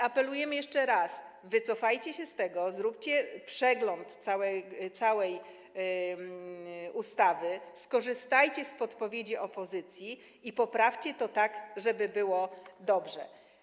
Apelujemy jeszcze raz: wycofajcie się z tego, zróbcie przegląd całej ustawy, skorzystajcie z podpowiedzi opozycji i poprawcie to tak, żeby było dobrze.